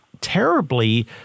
terribly